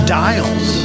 dials